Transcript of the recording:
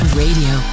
radio